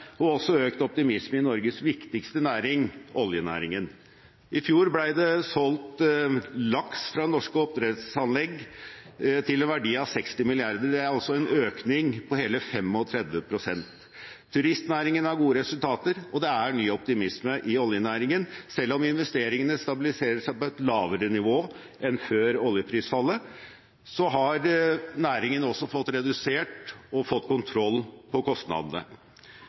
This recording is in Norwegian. og også økt optimisme i Norges viktigste næring, oljenæringen. I fjor ble det solgt laks fra norske oppdrettsanlegg til en verdi av 60 mrd. kr. Det er en økning på hele 35 pst. Turistnæringen har gode resultater, og det er ny optimisme i oljenæringen. Selv om investeringene stabiliserer seg på et lavere nivå enn før oljeprisfallet, har næringen også fått redusert og fått kontroll på kostnadene.